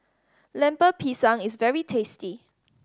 Lemper Pisang is very tasty